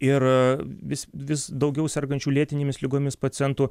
ir vis vis daugiau sergančių lėtinėmis ligomis pacientų